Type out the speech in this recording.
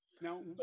Now